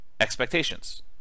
expectations